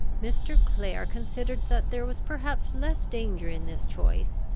mr. clare considered that there was perhaps less danger in this choice,